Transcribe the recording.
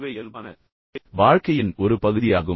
இவை இயல்பான வாழ்க்கையின் ஒரு பகுதியாகும்